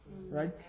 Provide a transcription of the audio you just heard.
right